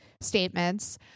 statements